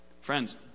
Friends